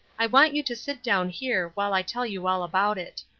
i want you to sit down here, while i tell you all about it.